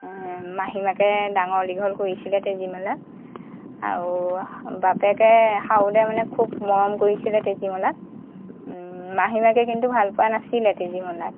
মাহীমাকে ডাঙৰ দীঘল কৰিছিলে তেজীমলাক আৰু বাপেকে সাউদে মানে খুব মৰম কৰিছিলে তেজীমলাক মাহীমাকে কিন্তু ভাল পোৱা নাছিল তেজীমলাক